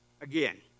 again